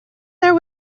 there